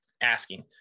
asking